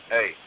Hey